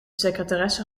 secretaresse